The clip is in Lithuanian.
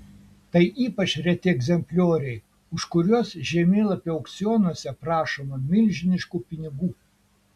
tai ypač reti egzemplioriai už kuriuos žemėlapių aukcionuose prašoma milžiniškų pinigų